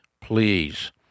Please